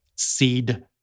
seed